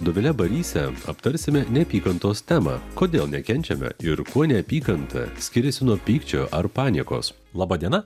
dovile baryse aptarsime neapykantos temą kodėl nekenčiame ir kuo neapykanta skiriasi nuo pykčio ar paniekos laba diena